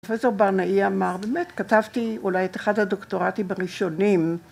‫פרופ' ברנאי אמר באמת, ‫כתבתי אולי את אחת הדוקטורטים הראשונים.